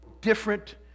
different